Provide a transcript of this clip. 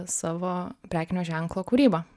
savo prekinio ženklo kūrybą